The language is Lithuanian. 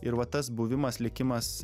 ir va tas buvimas likimas